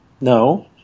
No